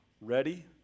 ready